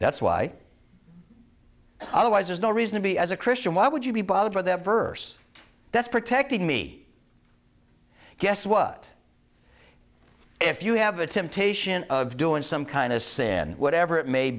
otherwise there's no reason to be as a christian why would you be bothered by that verse that's protecting me guess what if you have a temptation of doing some kind of sin whatever it may